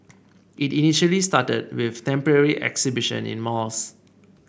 it initially started with temporary exhibition in malls